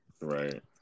Right